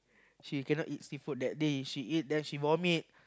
she cannot eat seafood that day she eat then she vomit